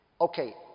Okay